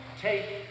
take